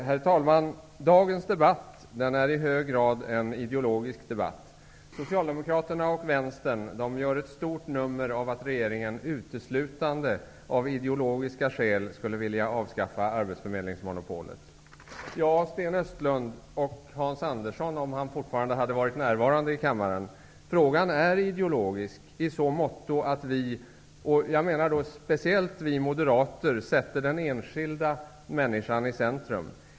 Herr talman! Dagens debatt är i hög grad en ideologisk debatt. Socialdemokraterna och vänstern gör ett stort nummer av att regeringen av uteslutande ideologiska skäl skulle vilja avskaffa arbetsförmedlingsmonopolet. Ja, Sten Östlund och Hans Andersson om han hade varit närvarande i kammaren, frågan är ideologisk i så måtto att vi, och då menar jag speciellt vi moderater, sätter den enskilda människan i centrum.